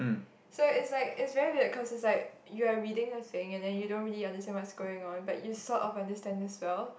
so it's like it's very weird cause it's like you're reading a thing and then you don't really understand what's going on but you sort of understand as well